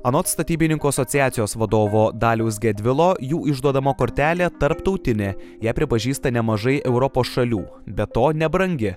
anot statybininkų asociacijos vadovo daliaus gedvilo jų išduodama kortelė tarptautinė ją pripažįsta nemažai europos šalių be to nebrangi